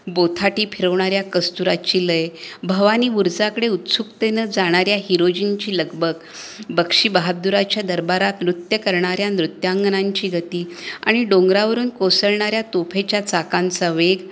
बोथाटी फिरवणाऱ्या कस्तुराची लय भवानी बुरजाकडे उत्सुकतेनं जाणाऱ्या हिरोजींची लगबग बक्षीबहादुराच्या दरबारात नृत्य करणाऱ्या नृत्यांगनांची गती आणि डोंगरावरून कोसळणाऱ्या तोफेच्या चाकांचा वेग